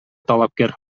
талапкер